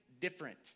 different